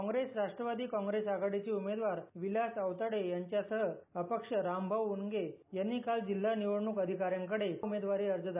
काँग्रेस राष्टवादी काँग्रेस महाआघाडीचे उमेदवार विलास औताडे यांच्यासह अपक्ष रामभाऊ वनगे यांनी काल जिल्हा निवडणूक अधिकारी यांच्याकडे उमेदवारी अर्ज दाखल केला